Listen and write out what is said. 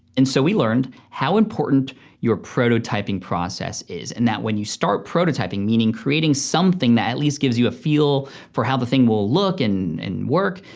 and so we learned how important your prototyping process is, and that when you start prototyping, meaning creating something that at least gives you a feel for how the thing will look and and work,